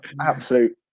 Absolute